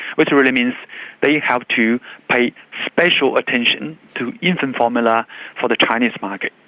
which really means they have to pay special attention to infant formula for the chinese market.